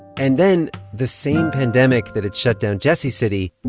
and then the same pandemic that had shut down jessie's city